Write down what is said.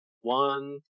One